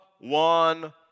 one